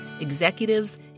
executives